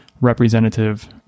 representative